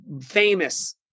famous